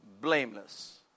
blameless